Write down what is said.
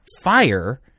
fire